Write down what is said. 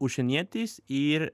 užsienietis ir